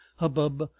hubbub.